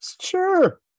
sure